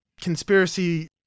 conspiracy